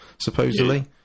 supposedly